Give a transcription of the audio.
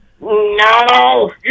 No